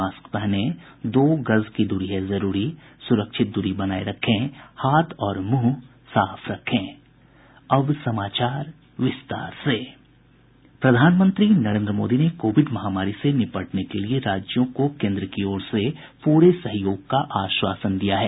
mask पहनें दो गज दूरी है जरूरी सुरक्षित दूरी बनाये रखें हाथ और मुंह साफ रखें अब समाचार विस्तार से प्रधानमंत्री नरेन्द्र मोदी ने कोविड महामारी से निपटने के लिए राज्यों को केंद्र की ओर से पूरे सहयोग का आश्वासन दिया है